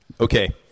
Okay